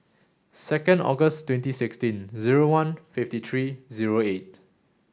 second August twenty sixteen zero one fifty three zero eight